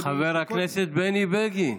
חבר הכנסת בני בגין,